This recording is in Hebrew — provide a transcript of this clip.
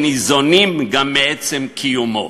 וניזונים גם מעצם קיומו.